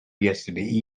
yesterday